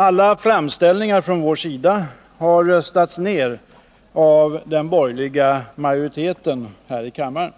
Alla framställningar från vår sida har röstats ner av den borgerliga majoriteten här i kammaren.